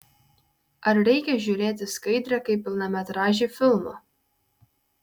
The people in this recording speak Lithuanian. ar reikia žiūrėti skaidrę kaip pilnametražį filmą